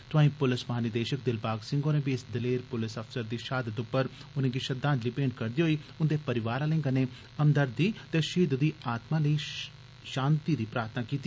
तोआईं पुलस महानिदेशक दिलबाग सिंह होरें बी इस दलेर पुलस अफसर दी शहादत पर उनेंगी श्रद्वांजलि मेंट करदे होई उंदे परिवार आलें कन्नै हमदर्दी ते शहीद दी आत्मा दी शांति लेई प्रार्थना बी कीती